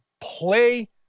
play